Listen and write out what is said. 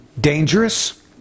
dangerous